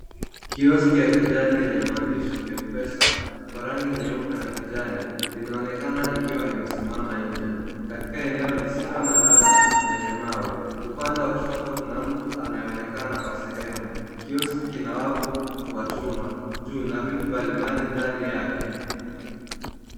Kioski ya kijani, yenye maandishi M-pesa kwa rangi nyeupe na kijani. Inaonekana ikiwa imesimama nje, katika eneo lisilo na lami, lenye mawe. Upande wa kushoto kuna mtu anayeonekana kwa sehemu. Kioski kina wavu wa chuma juu na vitu mbalimbali ndani yake.